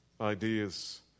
ideas